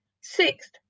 Sixth